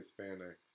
Hispanics